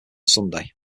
sunday